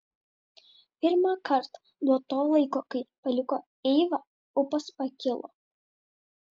pirmąkart nuo to laiko kai paliko eivą ūpas pakilo